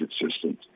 consistent